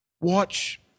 Watch